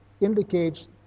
indicates